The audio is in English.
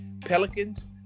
Pelicans